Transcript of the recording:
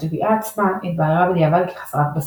התביעה עצמה התבררה בדיעבד כחסרת בסיס.